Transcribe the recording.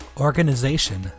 organization